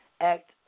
act